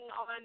on